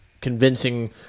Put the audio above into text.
convincing